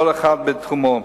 כל אחד בתחומו.